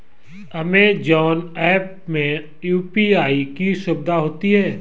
Amazon app में UPI की सुविधा होती है